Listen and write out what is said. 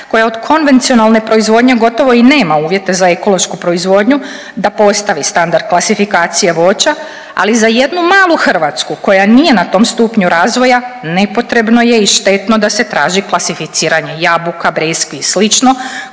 koja od konvencionalne proizvodnje gotovo i nema uvjete za ekološku proizvodnju da postavi standard klasifikacije voća, ali za jednu malu Hrvatsku koja nije na tom stupnju razvoja nepotrebno je i štetno da se traži klasificiranje jabuka, breskvi i